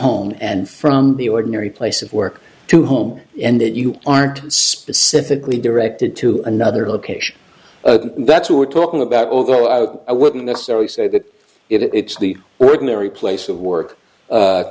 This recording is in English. home and from the ordinary place of work to home and that you aren't specifically directed to another location that's what we're talking about although out i wouldn't necessarily say that it's the ordinary place of work